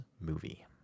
movie